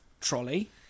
trolley